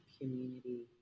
community